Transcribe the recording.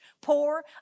poor